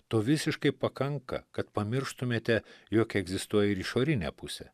to visiškai pakanka kad pamirštumėte jog egzistuoja ir išorinė pusė